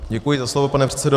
Děkuji za slovo, pane předsedo.